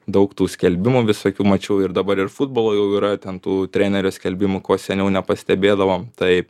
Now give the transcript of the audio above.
daug tų skelbimų visokių mačiau ir dabar ir futbolo jau yra ten tų trenerio skelbimų ko seniau nepastebėdavom tai